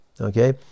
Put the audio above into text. okay